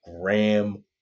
Graham